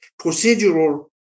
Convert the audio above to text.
procedural